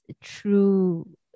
true